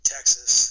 Texas